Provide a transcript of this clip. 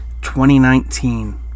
2019